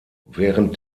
während